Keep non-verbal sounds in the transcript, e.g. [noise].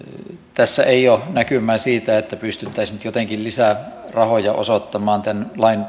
tässä ei ole näkymää siitä että pystyttäisiin nyt jotenkin lisää rahoja osoittamaan tämän lain [unintelligible]